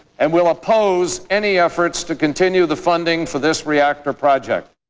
and will oppose any efforts to continue the funding for this reactor project.